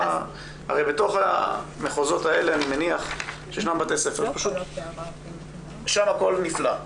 הרי בתוך המחוזות האלה אני מניח שישנם בתי ספר שפשוט שם הכול נפלא,